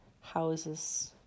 houses